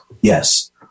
Yes